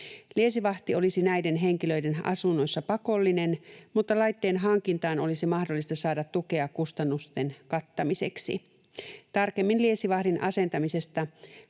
Liesivahti olisi näiden henkilöiden asunnoissa pakollinen, mutta laitteen hankintaan olisi mahdollista saada tukea kustannusten kattamiseksi. Tarkemmin liesivahdin asentamisesta,